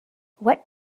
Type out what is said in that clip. what